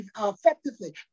effectively